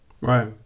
Right